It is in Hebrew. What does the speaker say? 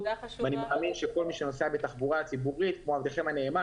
אני מאמין שכל מי שנוסע בתחבורה הציבורית כמו עבדכם הנאמן,